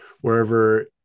wherever